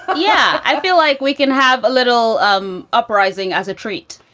yeah, i feel like we can have a little um uprising as a treat.